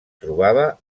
trobava